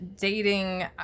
dating